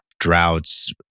droughts